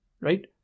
right